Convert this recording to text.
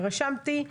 רשמתי,